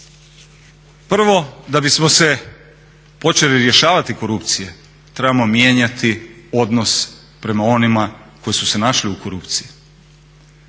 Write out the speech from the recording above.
Prvo, da bismo se počeli rješavati korupcije trebamo mijenjati odnos prema onima koji su se našli u korupciji.